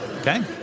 okay